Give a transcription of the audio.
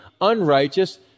unrighteous